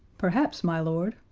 perhaps, my lord,